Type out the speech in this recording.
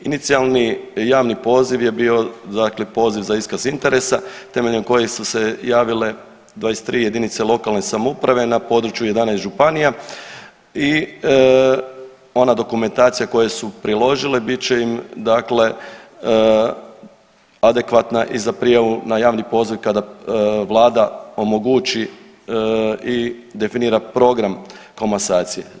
Inicijalni javni poziv je bio dakle poziv za iskaz interesa temeljem kojeg su se javile 23 jedinice lokalne samouprave na području 11 županija i ona dokumentaciju koju su priložili bit će im adekvatna i za prijavu na javni poziv kada vlada omogući i definira program komasacije.